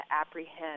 apprehend